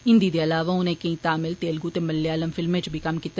हिन्दी दे इलावा उनें केईं तमिल तेलुगू ते मलेयालम फिल्में च बी कम्म कीता